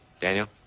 Daniel